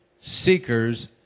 seekers